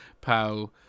Pow